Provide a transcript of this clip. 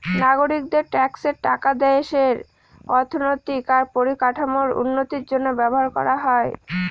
নাগরিকদের ট্যাক্সের টাকা দেশের অর্থনৈতিক আর পরিকাঠামোর উন্নতির জন্য ব্যবহার করা হয়